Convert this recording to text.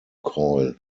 coil